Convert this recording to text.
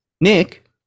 nick